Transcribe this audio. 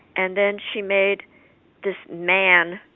and then she made this man.